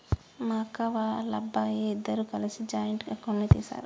మా అక్క, వాళ్ళబ్బాయి ఇద్దరూ కలిసి జాయింట్ అకౌంట్ ని తీశారు